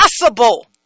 possible